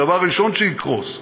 הדבר הראשון שיקרוס,